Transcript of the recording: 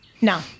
no